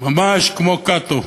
ממש כמו קאטו,